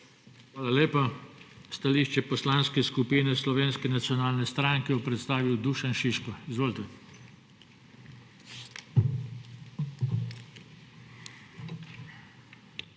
Hvala lepa. Stališče Poslanske skupine Slovenske nacionalne stranke bo predstavil Dušan Šiško. Izvolite. **DUŠAN